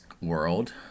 world